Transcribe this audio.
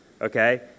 Okay